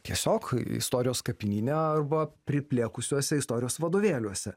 tiesiog istorijos kapinyne arba priplėkusiuose istorijos vadovėliuose